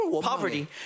poverty